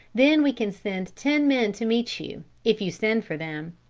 then we can send ten men to meet you, if you send for them.